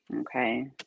okay